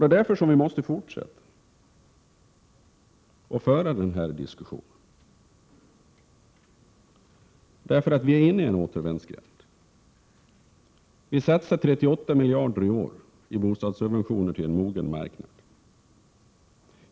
Det är därför vi måste fortsätta att föra den här diskussionen. Vi är inne i en återvändsgränd. Vi satsar i år 38 miljarder på bostadssubventioner till en mogen marknad.